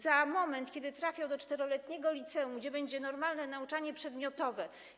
Za moment trafią do 4-letniego liceum, gdzie będzie normalne nauczanie przedmiotowe.